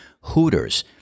Hooters